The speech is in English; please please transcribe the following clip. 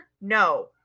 No